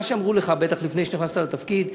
מה שאמרו לך בטח לפני שנכנסת לתפקיד,